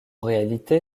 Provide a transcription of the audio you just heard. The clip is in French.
réalité